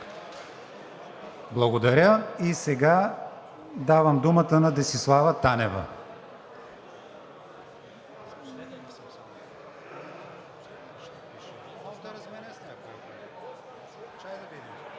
Благодаря. И сега давам думата на Десислава Танева.